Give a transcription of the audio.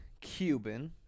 Cuban